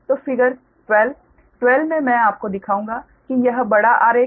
तो फिगर 12 12 मे मैं आपको दिखाऊंगा कि यह बड़ा आरेख है